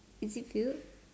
is it filled